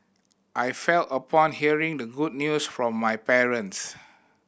I felt upon hearing the good news from my parents